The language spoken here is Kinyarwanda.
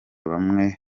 bamwe